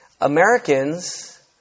Americans